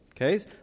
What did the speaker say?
Okay